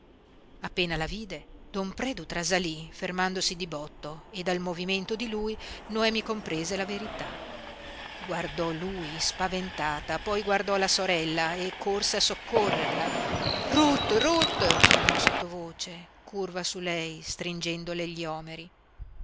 appena la vide don predu trasalí fermandosi di botto e dal movimento di lui noemi comprese la verità guardò lui spaventata poi guardò la sorella e corse a soccorrerla ruth ruth chiamò sottovoce curva su lei stringendole gli omeri